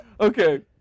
Okay